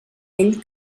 ell